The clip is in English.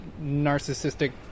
narcissistic